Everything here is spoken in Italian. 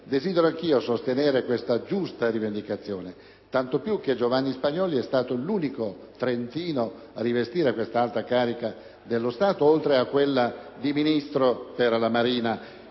desidero unirmi a questa giusta rivendicazione, tanto più che Giovanni Spagnolli è stato l'unico trentino ad aver rivestito questa alta carica dello Stato, oltre a quella di Ministro della marina